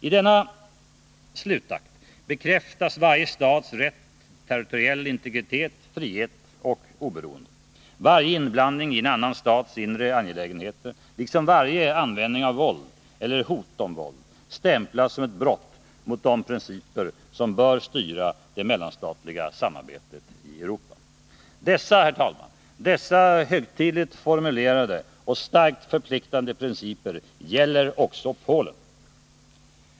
I denna slutakt bekräftas varje stats rätt till territoriell integritet, frihet och oberoende. Varje inblandning i en annan stats inre angelägenheter, liksom varje användning av våld eller hot om våld, stämplas som ett brott mot de principer som bör styra det mellanstatliga samarbetet i Europa. Herr talman! Dessa högtidligt formulerade och starkt förpliktande principer gäller också Polen.